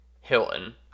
Hilton